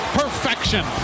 perfection